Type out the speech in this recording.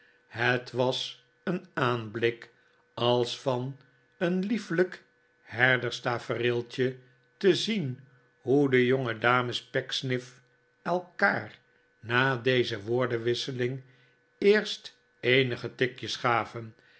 het was een aanblik als van een liefelijk herderstafereeltje te zien hoe de jongedames pecksniff elkaar na deze woordenwisseling eerst eenige tikjes gaven